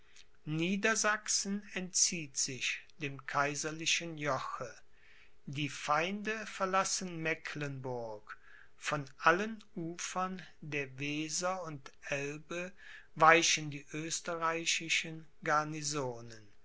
niedersachsen entzieht sich dem kaiserlichen joche die feinde verlassen mecklenburg von allen ufern der weser und elbe weichen die österreichischen